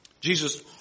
Jesus